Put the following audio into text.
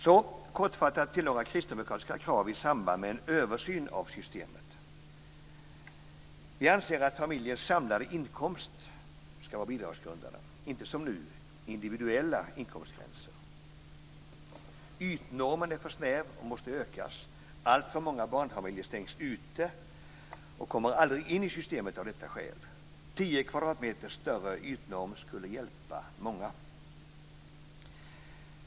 Så kortfattat till några kristdemokratiska krav i samband med en översyn av systemet: - Vi anser att familjens samlade inkomst ska vara bidragsgrundande, inte som nu individuella inkomstgränser. - Ytnormen är för snäv och måste ökas. Alltför många barnfamiljer stängs ute och kommer aldrig in i systemet av detta skäl. 10 kvadratmeter större ytnorm skulle hjälpa många.